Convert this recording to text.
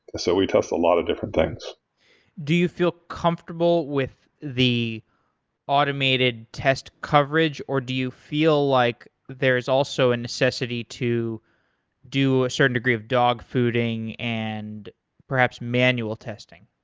so we test a lot of different things do you feel comfortable with the automated test coverage or do you feel like there is also a necessity to do a certain degree of dog-fooding and perhaps manual testing?